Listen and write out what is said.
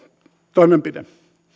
toimenpide